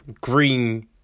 Green